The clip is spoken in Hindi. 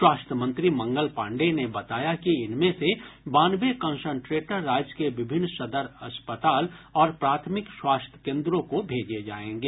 स्वास्थ्य मंत्री मंगल पांडेय ने बताया कि इनमें से बानवे कन्संट्रेटर राज्य के विभिन्न सदर अस्पताल और प्राथमिक स्वास्थ्य केंद्रों को भेजे जाएंगे